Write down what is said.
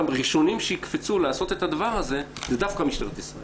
שהראשונים שיקפצו לעשות את הדבר הזה זה דווקא משטרת ישראל